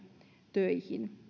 töihin